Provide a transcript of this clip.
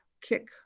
kick